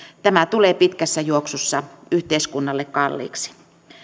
tämä tulee pitkässä juoksussa yhteiskunnalle kalliiksi